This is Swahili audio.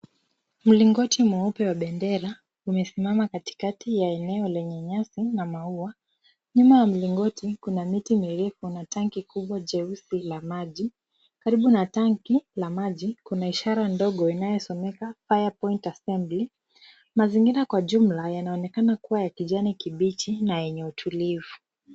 Mlingoti mweupe wa bendera. Umesimama katikati ya eneo lenye nyasi na maua. Nyuma ya mlingoti, kuna miti mirefu na tanki kubwa jeusi la maji. Karibu na tanki la maji, kuna ishara ndogo iliyosomeka Fire Point Assembly . Mazingira kwa ujumla yanaonekana kuwa ya kijani kibichi na yenye utilivu.